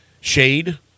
shade